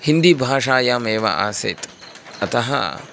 हिन्दी भाषायामेव आसीत् अतः